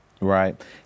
Right